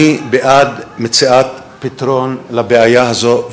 אני בעד מציאת פתרון לבעיה הזאת,